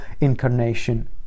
incarnation